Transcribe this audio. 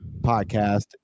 podcast